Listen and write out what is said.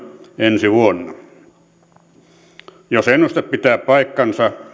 ensi vuonna jos ennuste pitää paikkansa